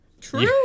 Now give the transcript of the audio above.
True